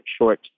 short